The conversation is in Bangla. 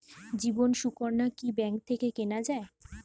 জীবন সুকন্যা কি ব্যাংক থেকে কেনা যায়?